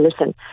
listen